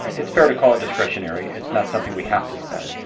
it's fair to call it discretionary. it's not something we have to spend.